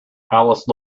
alice